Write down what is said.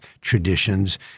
traditions